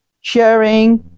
sharing